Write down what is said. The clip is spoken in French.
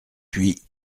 puis